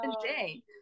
today